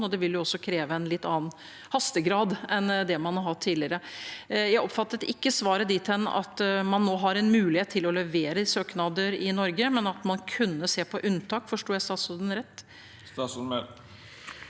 Det vil også kreve en litt annen hastegrad enn det man har hatt tidligere. Jeg oppfattet ikke svaret dit hen at man nå har mulighet til å levere søknader i Norge, men at man kunne se på unntak. Forsto jeg statsråden rett? Statsråd